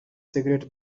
cigarette